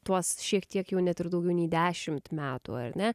tuos šiek tiek jau net ir daugiau nei dešimt metų ar ne